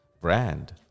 brand